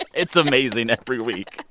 and it's amazing every week.